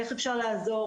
איך אפשר לעזור,